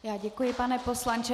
Já děkuji, pane poslanče.